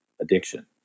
addiction